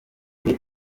bihe